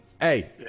hey